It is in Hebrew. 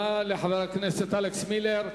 תודה לחבר הכנסת אלכס מילר.